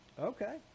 Okay